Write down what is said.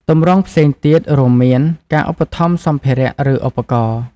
ទម្រង់ផ្សេងទៀតរួមមាន ការឧបត្ថម្ភសម្ភារៈ ឬឧបករណ៍។